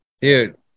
Dude